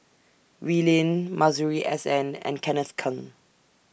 Wee Lin Masuri S N and Kenneth Keng